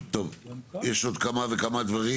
יש עוד כמה וכמה דברים.